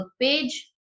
page